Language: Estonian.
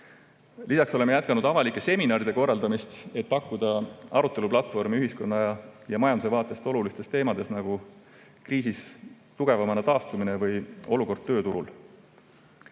Lisaks oleme jätkanud avalike seminaride korraldamist, et pakkuda aruteluplatvormi ühiskonna ja majanduse vaates olulistel teemadel, nagu kriisist tugevamana taastumine või olukord tööturul.